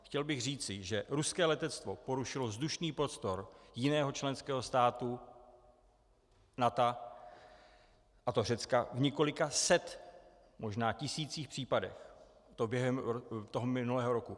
Chtěl bych říci, že ruské letectvo porušilo vzdušný prostor jiného členského státu NATO, a to Řecka, v několika stech, možná tisících případech, a to během minulého roku.